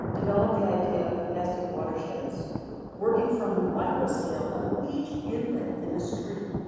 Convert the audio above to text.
developed the idea of nested watersheds working from the micro-scale of each inlet in the street